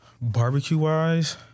Barbecue-wise